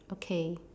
okay